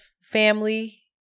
family